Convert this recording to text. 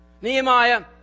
Nehemiah